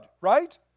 right